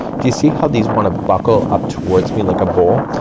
do you see how these want to buckle up towards me like a bowl?